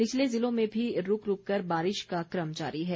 निचले ज़िलों में भी रूक रूक कर बारिश का क्रम जारी है